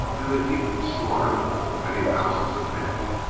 and the heaped slaughter of many thousands of men.